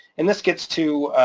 and this gets to.